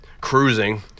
Cruising